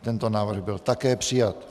Tento návrh byl také přijat.